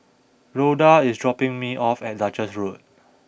Rhoda is dropping me off at Duchess Road